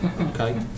Okay